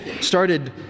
started